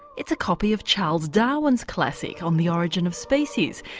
it's a copy of charles darwin's classic on the origin of species.